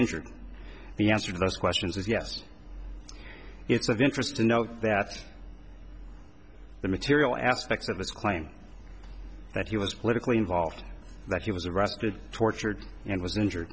injured the answer those questions is yes it's of interest to note that the material aspects of his claim that he was politically involved that he was arrested tortured and was injured